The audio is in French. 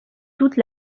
toute